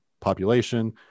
population